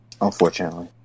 Unfortunately